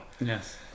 Yes